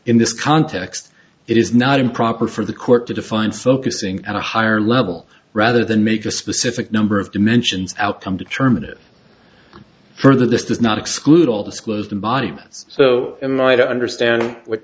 in this context it is not improper for the court to define focusing on a higher level rather than make a specific number of dimensions outcome determine it further this does not exclude all disclosed embodiments so am i to understand what